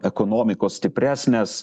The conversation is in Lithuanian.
ekonomikos stipresnės